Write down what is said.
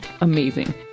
amazing